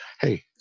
Hey